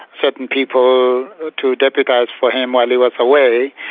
certain people to deputise for him while he was away.